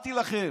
אמרתי לכם,